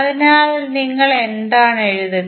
അതിനാൽ നിങ്ങൾ എന്താണ് എഴുതുക